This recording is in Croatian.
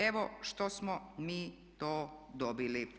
Evo što smo mi to dobili.